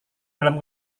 dalam